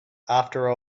after